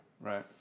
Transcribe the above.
Right